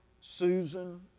Susan